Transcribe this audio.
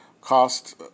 cost